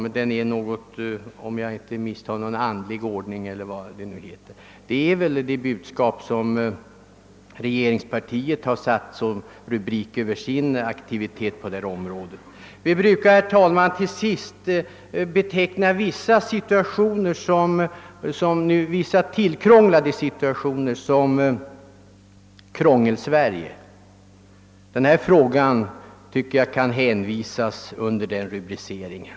Fröken Åsbrink talar om Luther och säger att den världsliga ordningen är en gudomlig ordning. Det är väl den rubri ken regeringspartiet sätter över sin aktivitet på det här området. Vi brukar, herr talman, beteckna vissa tillkrånglade situationer som Krångelsverige. Den här frågan tycker jag kan hänföras under den rubriceringen.